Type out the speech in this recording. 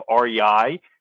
REI